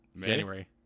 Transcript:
January